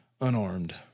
unarmed